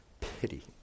pity